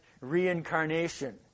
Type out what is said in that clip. reincarnation